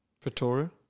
Pretoria